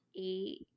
eight